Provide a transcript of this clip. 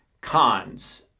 cons